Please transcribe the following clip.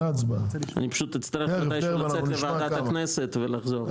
אני פשוט אצטרך מתי שהוא לצאת לוועדת הכנסת ולחזור.